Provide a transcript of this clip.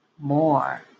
more